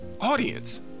audience